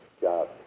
job